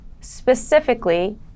specifically